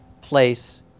place